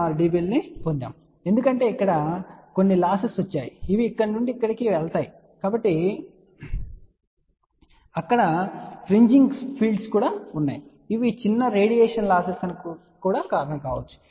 06 dB పొందాము ఎందుకంటే అక్కడ కొన్ని లాస్సెస్ వచ్చాయి ఇవి ఇక్కడ నుండి ఇక్కడికి వెళ్తాయి అక్కడ అ ప్రింజింగ్ ఫీల్డ్స్ఉన్నాయి ఇవి చిన్న రేడియేషన్ లాస్సెస్ కు కూడా కారణం కావచ్చు సరే